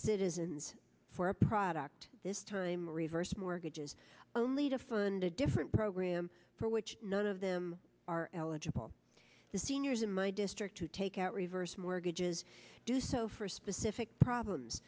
citizens for a product this time reverse mortgages only to fund a different program for which none of them are eligible to seniors in my district who take out reverse mortgages do so for specific problems